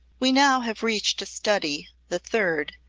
we now have reached a study, the third,